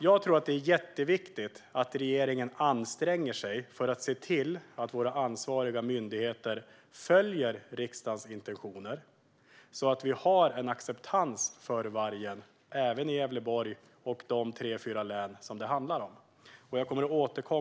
Jag tror att det är jätteviktigt att regeringen anstränger sig för att se till att våra ansvariga myndigheter följer riksdagens intentioner så att vi kan ha en acceptans för vargen, även i Gävleborg och i de tre fyra län det handlar om.